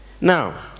Now